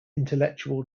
intellectual